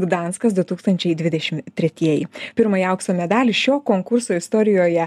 gdanskas du tūkstančiai dvidešim tretieji pirmąjį aukso medalį šio konkurso istorijoje